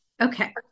Okay